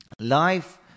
life